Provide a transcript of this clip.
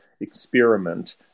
experiment